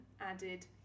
added